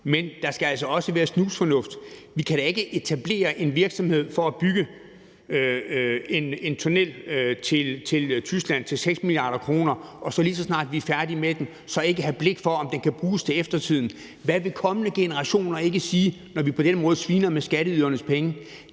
Men der skal altså også være snusfornuft. Vi kan da ikke etablere en virksomhed for at bygge en tunnel til Tyskland til 6 mia. kr., og så lige så snart vi er færdige med den, har vi ikke blik for, om den kan bruges til eftertiden. Hvad vil kommende generationer ikke sige, når vi på den måde sviner med skatteydernes penge?